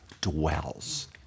dwells